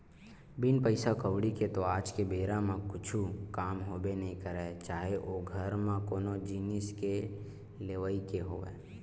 बिन पइसा कउड़ी के तो आज के बेरा म कुछु काम होबे नइ करय चाहे ओ घर म कोनो जिनिस के लेवई के होवय